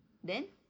then